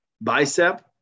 Bicep